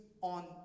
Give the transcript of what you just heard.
on